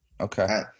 okay